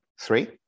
Three